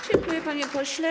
Dziękuję, panie pośle.